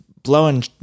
Blowing